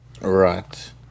Right